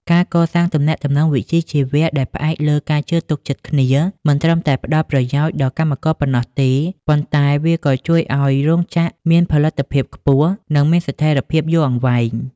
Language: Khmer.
ការកសាងទំនាក់ទំនងវិជ្ជាជីវៈដែលផ្អែកលើការជឿទុកចិត្តគ្នា មិនត្រឹមតែផ្តល់ប្រយោជន៍ដល់កម្មករប៉ុណ្ណោះទេ ប៉ុន្តែវាក៏ជួយឱ្យរោងចក្រមានផលិតភាពខ្ពស់ និងមានស្ថិរភាពយូរអង្វែង។